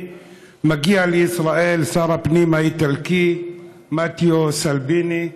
מגיע לישראל שר הפנים האיטלקי מתאו סלביני,